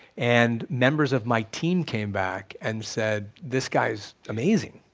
and members of my team came back and said, this guy's amazing,